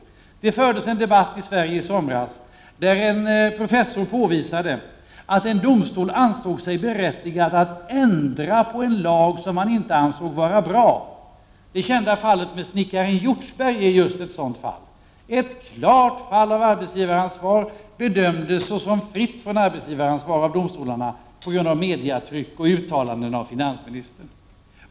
I somras fördes en debatt i Sverige där en professor påvisade att en domstol ansåg sig berättigad att ändra på en lag som den inte ansåg vara bra. Det kända fallet med snickaren Hjortsberg är ett exempel på det. Ett klart fall av arbetsgivaransvar bedömdes såsom fritt från arbetsgivaransvar av domstolarna på grund av medietryck och uttalanden av finansministern.